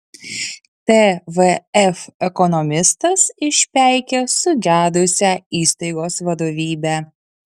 tvf ekonomistas išpeikė sugedusią įstaigos vadovybę